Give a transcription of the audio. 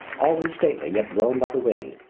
always stately yet blown by the wind,